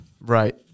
right